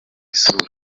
isura